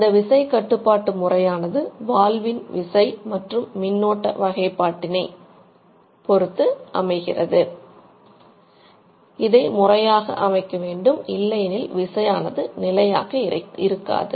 இந்த விசை கட்டுப்பாட்டு முறையானது இருக்காது